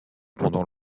pendant